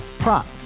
Prop